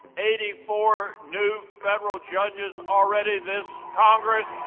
eighty four new federal judges already this congress